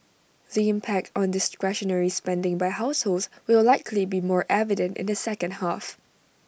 the impact on discretionary spending by households will likely be more evident in the second half